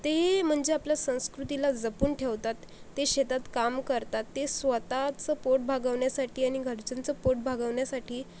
ते म्हणजे आपल्या संस्कृतीला जपून ठेवतात ते शेतात काम करतात ते स्वतःचं पोट भागवण्यासाठी आणि घरच्यांचं पोट भागवण्यासाठी